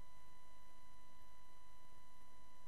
באמירות בינתיים, בהחלט